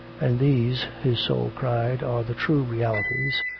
and these his soul cried, are the true realities,